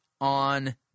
on